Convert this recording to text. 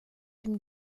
dem